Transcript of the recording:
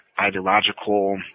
ideological